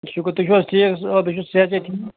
شُکُر تُہۍ چھِو حظ ٹھیٖک آ بہٕ صحت چھا ٹھیٖک